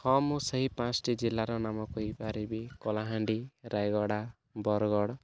ହଁ ମୁଁ ସେଇ ପାଞ୍ଚଟି ଜିଲ୍ଲାର ନାମ କହି ପାରିବି କଳାହାଣ୍ଡି ରାୟଗଡ଼ା ବରଗଡ଼